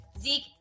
Zeke